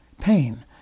pain